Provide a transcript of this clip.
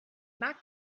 mag